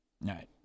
right